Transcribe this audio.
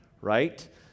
right